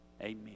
Amen